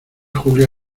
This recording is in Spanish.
julia